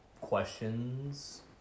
questions